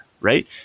right